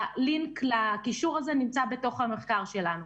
הלינק לקישור הזה נמצא בתוך המחקר שלנו.